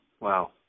Wow